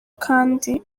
kandi